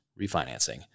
refinancing